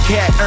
Cat